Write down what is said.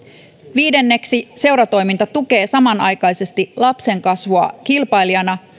viidenneksi seuratoiminta tukee samanaikaisesti lapsen kasvua kilpailijana